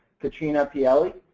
katrina pielli,